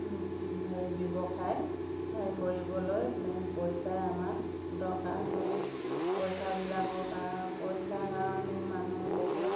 হেৰি ব্যৱসায় কৰিবলৈ মেইন পইচাই আমাক দৰকাৰ হয় পইচাবিলাকৰ কাৰণে পইচাৰ কাৰণেই মানুহ বহুত